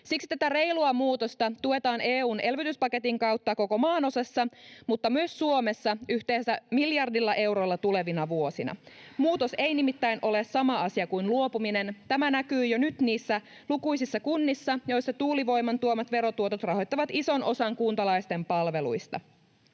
Siksi tätä reilua muutosta tuetaan EU:n elpymispaketin kautta koko maanosassa mutta myös Suomessa yhteensä miljardilla eurolla tulevina vuosina. Muutos ei nimittäin ole sama asia kuin luopuminen. Tämä näkyy jo nyt niissä lukuisissa kunnissa, joissa tuulivoiman tuomat verotuotot rahoittavat ison osan kuntalaisten palveluista.